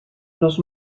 los